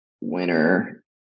winner